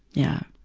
yeah.